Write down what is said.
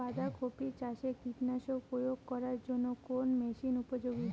বাঁধা কপি চাষে কীটনাশক প্রয়োগ করার জন্য কোন মেশিন উপযোগী?